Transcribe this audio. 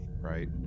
right